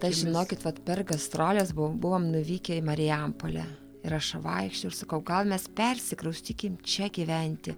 aš žinokit vat per gastroles buvau buvom nuvykę į marijampolę ir aš vaikščioju ir aš sakau gal mes persikraustykim čia gyventi